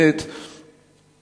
כמו כן,